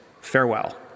Farewell